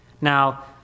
Now